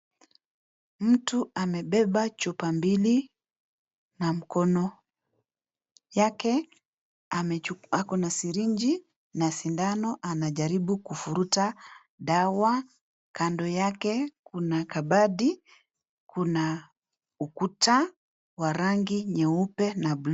Mtu amebeba chupa mbili, na mkono Yake. Amechuku ako na siringi na sindano anajaribu kuvuruta dawa. Kando yake kuna kabati, kuna ukuta wa rangi nyeupe na buluu.